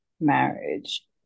marriage